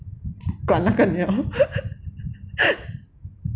管那个鸟